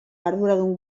arduradun